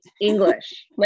English